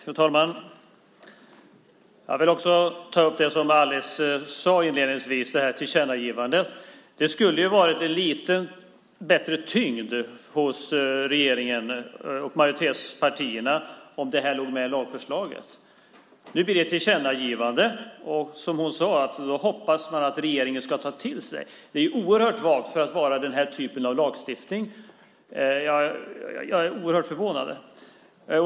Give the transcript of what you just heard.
Fru talman! Jag vill också ta upp det som Alice sade inledningsvis, nämligen tillkännagivandet. Det skulle ha varit bättre tyngd hos regeringen och majoritetspartierna om det låg med i lagförslaget. Nu blir det ett tillkännagivande, och som hon sade hoppas man att regeringen ska ta till sig det. Det är oerhört vagt för att vara denna typ av lagstiftning. Jag är mycket förvånad.